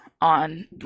on